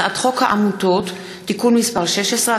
הצעת חוק העמותות (תיקון מס' 16),